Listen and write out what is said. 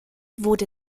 wurde